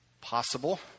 Possible